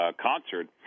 concert